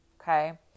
okay